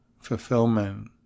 fulfillment